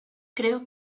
creo